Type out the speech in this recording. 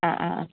അ അ അ